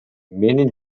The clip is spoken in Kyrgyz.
менин